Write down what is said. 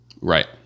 Right